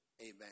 Amen